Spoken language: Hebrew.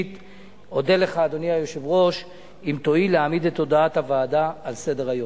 אם תואיל להעמיד את הודעת הוועדה על סדר-היום.